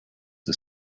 the